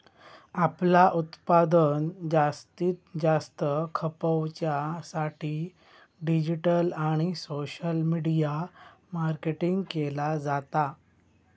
आपला उत्पादन जास्तीत जास्त खपवच्या साठी डिजिटल आणि सोशल मीडिया मार्केटिंग केला जाता